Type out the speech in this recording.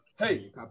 Hey